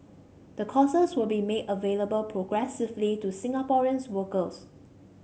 the courses will be made available progressively to Singaporean workers